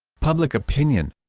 public opinion